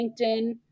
LinkedIn